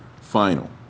final